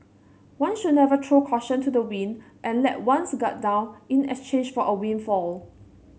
one should never throw caution to the wind and let one's guard down in exchange for a windfall